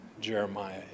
Jeremiah